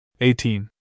eighteen